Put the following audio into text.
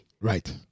Right